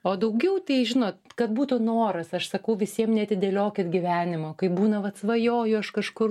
o daugiau tai žinot kad būtų noras aš sakau visiem neatidėliokit gyvenimo kai būna vat svajoju aš kažkur